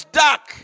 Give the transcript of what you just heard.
dark